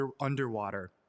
underwater